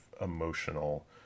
emotional